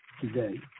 today